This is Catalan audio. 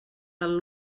del